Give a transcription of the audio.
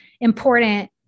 important